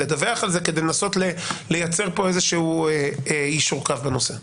לדווח על זה כדי לנסות לייצר פה איזשהו יישור קו בנושא.